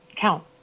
count